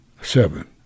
Seven